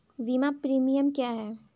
बीमा प्रीमियम क्या है?